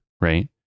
right